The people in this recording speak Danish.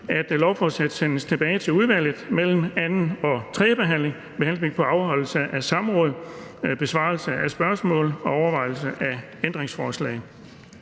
at lovforslaget sendes tilbage til udvalget mellem anden- og tredjebehandlingen med henblik på afholdelse af samråd, besvarelse af spørgsmål og overvejelse af ændringsforslag.